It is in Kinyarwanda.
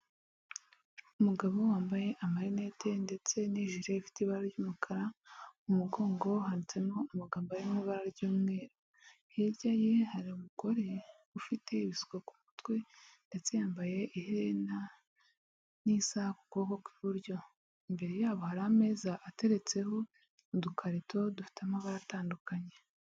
Umugabo wambaye amarinete ndetse n'ijire ifite ibara ry'umukara, mu mugongo handitsemo amagambo ari mu ibara ry'umweru hirya ye hari umugore ufite ibisuko ku mutwe ndetse yambaye ihena n'isaha kuboko kw'iburyo imbere yabo hari ameza ateretseho udukarito dufite amabara atandukanye.